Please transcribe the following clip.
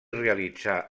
realitzà